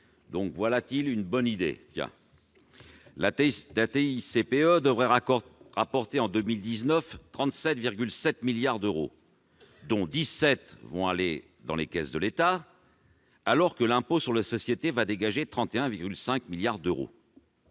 Voilà une bonne idée ! La TICPE devrait rapporter, en 2019, 37,7 milliards d'euros, dont 17 milliards iront dans les caisses de l'État, alors que l'impôt sur les sociétés va dégager 31,5 milliards d'euros.